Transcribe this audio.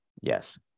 Yes